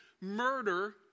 murder